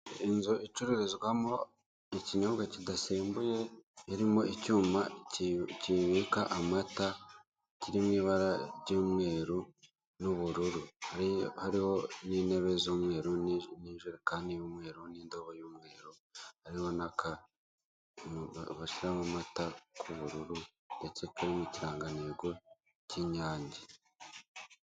Inzu icururizwamo ikinyobwa kidasembuye irimo icyuma kibika amata, kiri mu ibara ry'umweru n'ubururu. Hariho n'intebe z'umweru n'ijerekani y'umweru, n'indobo y'umweru hariho n'akantu bashyiramo amata, kubururu ndetse kariho ikirangantego k'inyange.